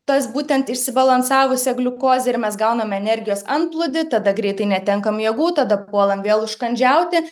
tas būtent išsibalansavusią gliukozę ir mes gauname energijos antplūdį tada greitai netenkam jėgų tada puolam vėl užkandžiauti